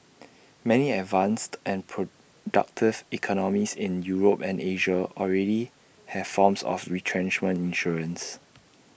many advanced and productive economies in Europe and Asia already have forms of retrenchment insurance